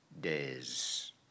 days